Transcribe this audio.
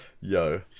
Yo